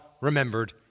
remembered